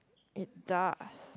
it does